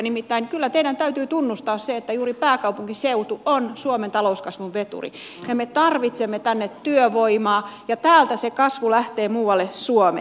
nimittäin kyllä teidän täytyy tunnustaa se että juuri pääkaupunkiseutu on suomen talouskasvun veturi ja me tarvitsemme tänne työvoimaa ja täältä se kasvu lähtee muualle suomeen